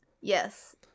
Yes